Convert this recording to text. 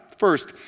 First